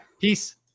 Peace